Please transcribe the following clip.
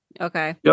Okay